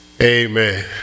Amen